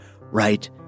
right